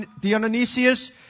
Dionysius